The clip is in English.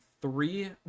three